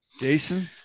Jason